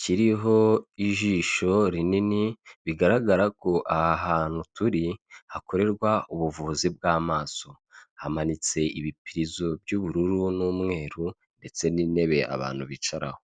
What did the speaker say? kiriho ijisho rinini bigaragara ko aha hantu turi hakorerwa ubuvuzi bw'amaso, hamanitse ibipurizo by'ubururu n'umweru ndetse n'intebe abantu bicaraho.